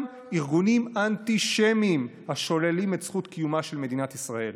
גם ארגונים אנטישמיים השוללים את זכות קיומה של מדינת ישראל,